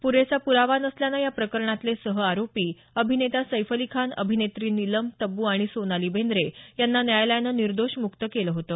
पुरेसा पुरवा नसल्यानं या प्रकरणातले सह आरोपी अभिनेता सैफ अली खान अभिनेत्री नीलम तब्बू आणि सोनाली बेंद्रे यांना न्यायालयानं निर्दोष मुक्त केलं होतं